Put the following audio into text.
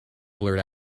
blurt